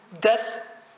death